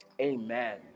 amen